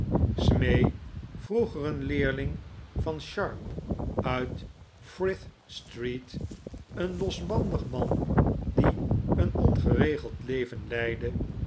smee vroeger een leerling van sharp uit frith street een losbandig man die een ongeregeld leven leidde